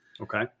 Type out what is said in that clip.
Okay